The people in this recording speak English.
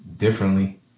Differently